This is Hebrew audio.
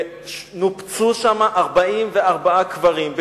ונופצו שם 44 קברים,